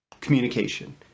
communication